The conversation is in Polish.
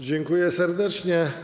Dziękuję serdecznie.